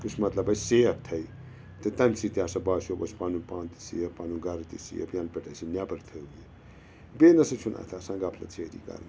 یُس مطلب اَسہِ سیٚف تھاوِ تہٕ تَمہِ سۭتۍ تہِ ہسا باسٮ۪و اَسہِ پَنُن پان تہِ سیٚف پَنُن گَرٕ تہِ سیٚف یَنہٕ پٮ۪ٹھٕ اَسہِ یہِ نٮ۪بَر تھٲو بیٚیہِ نسا چھُ نہٕ اَتھ آسان غفلت سِیٲری کَرٕنۍ کہیٖنٛۍ